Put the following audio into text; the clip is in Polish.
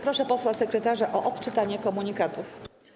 Proszę posła sekretarza o odczytanie komunikatów.